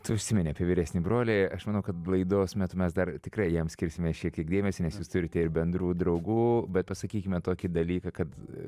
tu užsiminei apie vyresnį brolį aš manau kad laidos metu mes dar tikrai jam skirsime šiek tiek dėmesio nes jūs turite ir bendrų draugų bet pasakykime tokį dalyką kad